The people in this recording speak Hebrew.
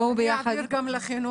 בואו ביחד --- נעביר גם לחינוך.